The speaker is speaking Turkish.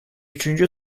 üçüncü